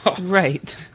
Right